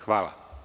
Hvala.